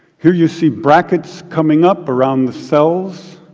here you see brackets coming up around the cells,